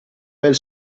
bel